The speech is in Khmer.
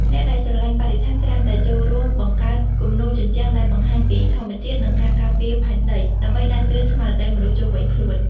អ្នកដែលស្រឡាញ់បរិស្ថាន ច្រើនតែចូលរួមបង្កើតគំនូរជញ្ជាំងដែលបង្ហាញពីធម្មជាតិ និងការការពារផែនដី ដើម្បីដាស់តឿនស្មារតីមនុស្សជុំវិញខ្លួន។